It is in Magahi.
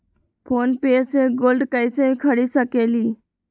फ़ोन पे से गोल्ड कईसे खरीद सकीले?